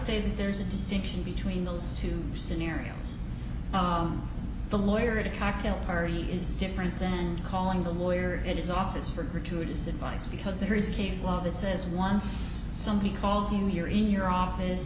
say that there's a distinction between those two scenarios the lawyer at a cocktail party is different than calling the lawyer at his office for gratuitous advice because there is a case law that says once somebody calls you your in your office